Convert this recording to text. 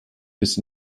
bis